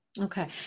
Okay